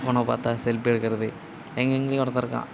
ஃபோனை பார்த்தா செல்ஃபி எடுக்கிறது எங்கள் கேங்லையும் ஒருத்தன் இருக்கான்